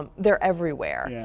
um they are everywhere. yeah